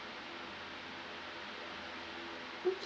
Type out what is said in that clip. okay